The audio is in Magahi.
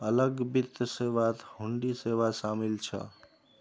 अलग वित्त सेवात हुंडी सेवा शामिल छ